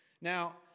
Now